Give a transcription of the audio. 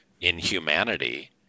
inhumanity